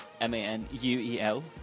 m-a-n-u-e-l